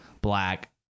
black